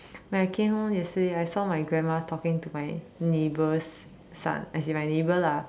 when I came home yesterday I saw my grandma talking to my neighbour's son as in my neighbour lah